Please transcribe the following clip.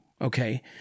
Okay